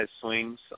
swings